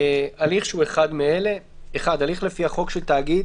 הליך שהוא אחד מאלה: (1)הליך לפי החוק של תאגיד